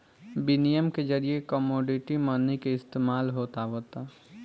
बिनिमय के जरिए कमोडिटी मनी के इस्तमाल होत आवता